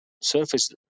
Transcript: surface